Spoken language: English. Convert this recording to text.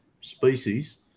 species